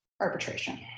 arbitration